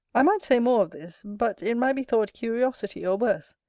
i might say more of this, but it might be thought curiosity or worse,